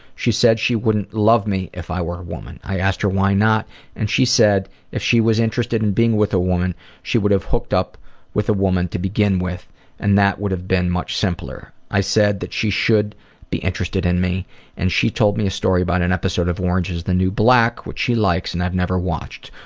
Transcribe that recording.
she said she wouldn't love me if i were a woman. i asked her why not and she said if she was interested in being with a woman she would have hooked up with a woman to begin with and that would've been much simpler. i said that she should be interested in me and she told me a story about an episode of orange is the new black which she likes and i've never watched.